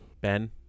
Ben